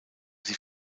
sie